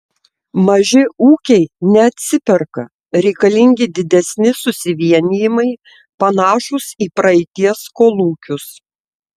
maži ūkiai neatsiperka reikalingi didesni susivienijimai panašūs į praeities kolūkius